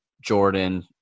Jordan